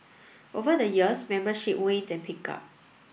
over the years membership waned and picked up